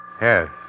Yes